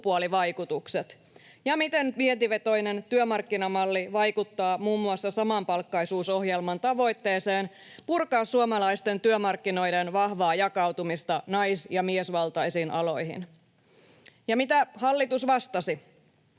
Miten vientivetoinen työmarkkinamalli vaikuttaa muun muassa samapalkkaisuusohjelman tavoitteeseen purkaa suomalaisten työmarkkinoiden vahvaa jakautumista nais- ja miesvaltaisiin aloihin? Mitä hallitus vastasi?